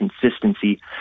consistency